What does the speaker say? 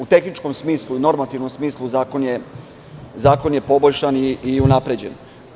U tehničkom smislu i normativnom smislu zakon je poboljšan i unapređen.